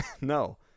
No